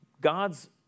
God's